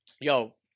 Yo